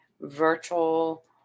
virtual